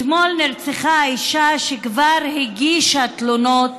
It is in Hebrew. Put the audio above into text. אתמול נרצחה אישה שכבר הגישה תלונות